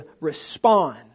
respond